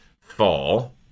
fall